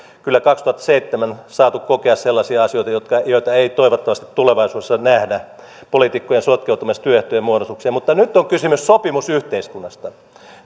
kyllä kaksituhattaseitsemän saaneet kokea sellaisia asioita joita ei toivottavasti tulevaisuudessa nähdä poliitikkoja sotkeutumassa työehtojen muodostukseen mutta nyt on kysymys sopimusyhteiskunnasta